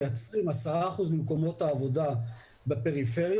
מייצרים 10% ממקומות העבודה בפריפריה,